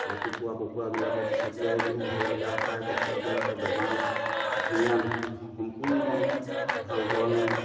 ৰাতিপুৱা কুকুৰাবিলাকক ছটিয়াই দিওঁ সেইবিলাক খাই কুকুৰাবিলাকৰ বেমাৰো ধুনীয়া সম্পূৰ্ণ ভাল ধৰণে